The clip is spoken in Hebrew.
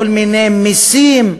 כל מיני מסים,